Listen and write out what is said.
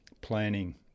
planning